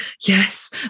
yes